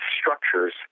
structures